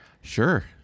Sure